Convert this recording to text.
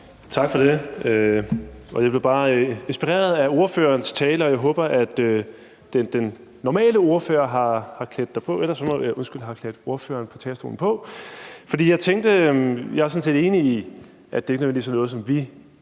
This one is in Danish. Tak for det. Jeg blev bare inspireret af ordførerens tale. Jeg håber, at den normale ordfører har klædt ordføreren på talerstolen på. Jeg er sådan set enig i, at det ikke nødvendigvis er noget, som vi